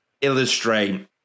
illustrate